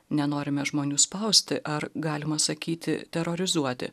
nenorime žmonių spausti ar galima sakyti terorizuoti